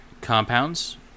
Compounds